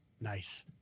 Nice